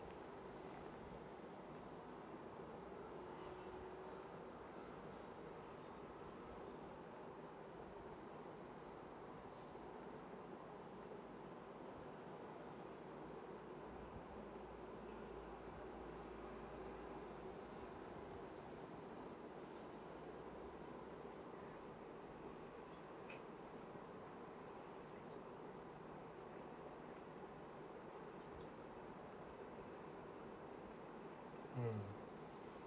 mm